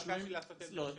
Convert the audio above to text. נתבקשתי על ידי היושב-ראש.